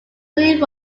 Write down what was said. lead